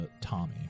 Tommy